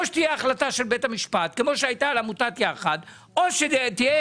או שתהיה החלטה של בית המשפט כמו שהייתה על עמותת יחד או שיהיה